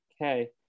Okay